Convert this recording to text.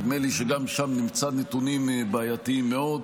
נדמה לי שגם שם נמצא נתונים בעייתיים מאוד.